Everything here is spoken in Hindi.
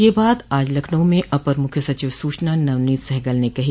यह बात आज लखनऊ में अपर मुख्य सचिव सूचना नवनोत सहगल ने कही